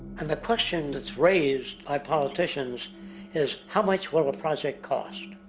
and the question that's raised by politicians is how much will a project cost?